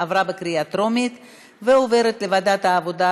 לוועדת העבודה,